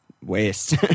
Waste